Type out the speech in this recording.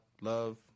love